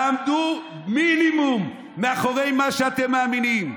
תעמדו במינימום מאחורי מה שאם מאמינים.